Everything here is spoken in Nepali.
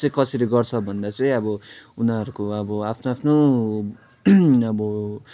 चाहिँ कसरी गर्छ भन्दा चाहिँ अब उनीहरूको अब आफ्नो आफ्नो अब